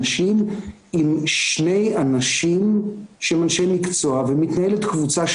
כבר חודשים ארוכים ואני יודע שעם התהליך הקיים הוא מתקשה לשתף